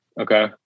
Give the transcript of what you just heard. Okay